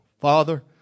Father